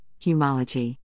Humology